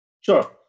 Sure